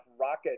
rocket